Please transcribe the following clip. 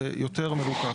זה יותר מרוכך,